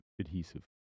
adhesive